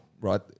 right